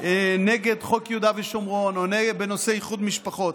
נגד חוק יהודה ושומרון או בנושא איחוד משפחות.